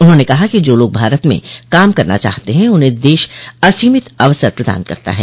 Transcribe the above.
उन्होंने कहा कि जो लोग भारत में काम करना चाहते हैं उन्हें देश असीमित अवसर प्रदान करता है